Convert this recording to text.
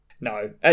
No